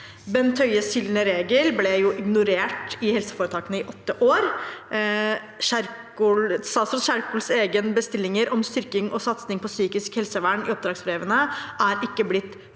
Bent Høies gylne regel ble jo ignorert av helseforetakene i åtte år. Statsråd Kjerkols egne bestillinger om styrking og satsing på psykisk helsevern i oppdragsbrevene er ikke blitt